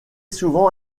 souvent